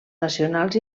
nacionals